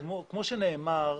כמו שנאמר,